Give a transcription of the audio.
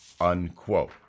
Unquote